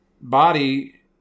body